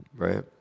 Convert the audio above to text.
Right